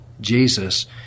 Jesus